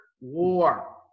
war